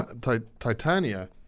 Titania